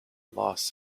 loss